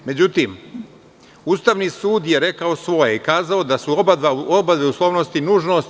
Međutim, Ustavni sud je rekao svoje i kazao da su obe uslovnosti nužnost.